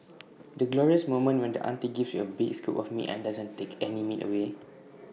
the glorious moment when the auntie gives you A big scoop of meat and doesn't take any meat away